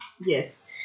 Yes